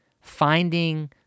finding